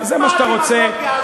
מה הדמגוגיה הזאת?